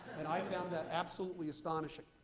and i found that absolutely astonishing.